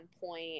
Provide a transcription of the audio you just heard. point